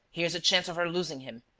here's a chance of our losing him.